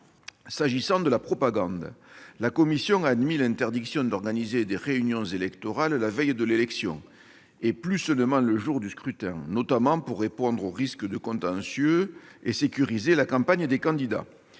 matière de propagande, la commission a admis l'interdiction d'organiser des réunions électorales la veille de l'élection, et plus seulement le jour du scrutin, notamment pour répondre au risque de contentieux et sécuriser la campagne des candidats.